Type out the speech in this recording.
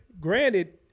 Granted